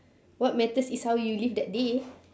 what matters is how you live that day